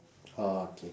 ah K